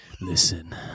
listen